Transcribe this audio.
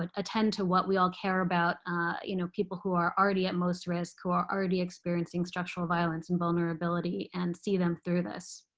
ah attend to what we all care about you know people who are already at most risk, who are already experiencing structural violence and vulnerability and see them through this.